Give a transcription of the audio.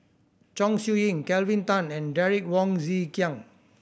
Chong Siew Ying Kelvin Tan and Derek Wong Zi Kiang